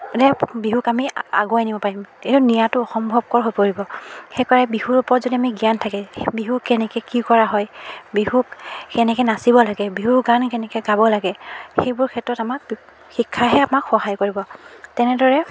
মানে বিহুক আমি আগুৱাই নিব পাৰিম এইটো নিয়াটো অসম্ভৱকৰ হৈ পৰিব সেইকাৰণে বিহুৰ ওপৰত যদি আমি জ্ঞান থাকে বিহু কেনেকৈ কি কৰা হয় বিহুক কেনেকৈ নাচিব লাগে বিহুৰ কাৰণে কেনেকৈ গাব লাগে সেইবোৰ ক্ষেত্ৰত আমাক শিক্ষাইহে আমাক সহায় কৰিব তেনেদৰে